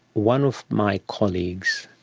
one of my colleagues,